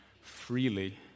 freely